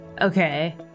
Okay